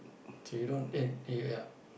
so you don't